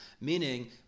meaning